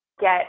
get